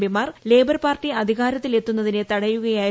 പിമാർ labour party അധികാരത്തിൽ എത്തുന്നതിനെ തടയുകയായിരുന്നു